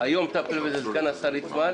אני מקווה שהתור אצל רופא המשפחה,